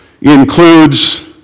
includes